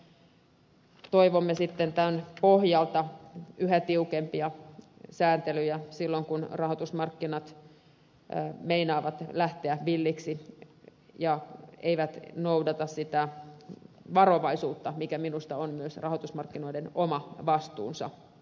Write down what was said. sen takia toivomme tämän pohjalta yhä tiukempia sääntelyjä silloin kun rahoitusmarkkinat meinaavat lähteä villeiksi ja eivät noudata sitä varovaisuutta mikä minusta on myös rahoitusmarkkinoiden oma vastuu